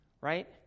right